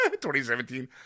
2017